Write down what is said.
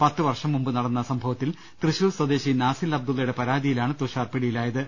പത്ത് വർഷം മുമ്പ് നടന്ന സംഭവത്തിൽ തൃശൂർ സ്വദേശി നാസിൽ അബ്ദുള്ളയുടെ പരാതിയിലാണ് തുഷാർ പിടിയിലായത്